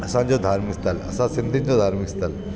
असांजो धार्मिक स्थल असां सिंधियुनि जो धार्मिक स्थल